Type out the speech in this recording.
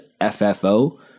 FFO